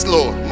Lord